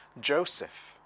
Joseph